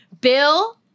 bill